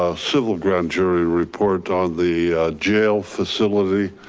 ah civil grand jury report on the jail facility.